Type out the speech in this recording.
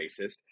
racist